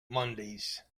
mondays